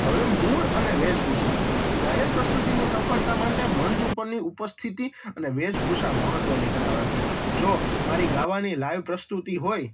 હવે મૂળ અને વેશભૂષા ગાયન પ્રસ્તુતિની સફળતા માટે મંચ ઉપરની ઉપસ્થિતિ અને વેશ ભૂષા મહત્ત્વની ધરાવે છે જો મારી ગાવાની લાઇવ પ્રસ્તુતિ હોય